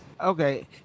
Okay